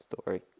story